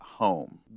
home